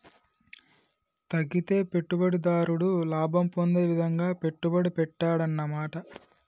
తగ్గితే పెట్టుబడిదారుడు లాభం పొందే విధంగా పెట్టుబడి పెట్టాడన్నమాట